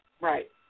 Right